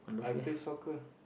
I play so good